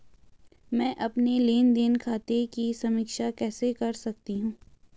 मैं अपने लेन देन खाते की समीक्षा कैसे कर सकती हूं?